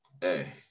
Hey